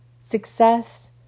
Success